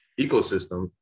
ecosystem